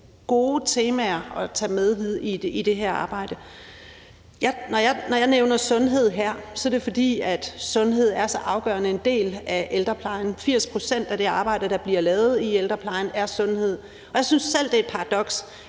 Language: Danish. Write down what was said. gode temaer at tage med i det her arbejde. Når jeg nævner sundhed her, er det, fordi sundhed er så afgørende en del af ældreplejen. 80 pct. af det arbejde, der bliver lavet i ældreplejen, er sundhed, og jeg synes selv, det er et paradoks,